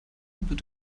wird